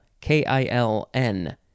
K-I-L-N